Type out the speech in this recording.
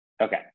Okay